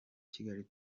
kigali